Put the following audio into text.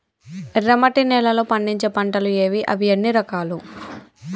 ఎర్రమట్టి నేలలో పండించే పంటలు ఏవి? అవి ఎన్ని రకాలు?